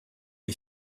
les